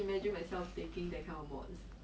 !aiya!